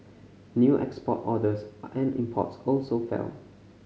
new export orders and imports also fell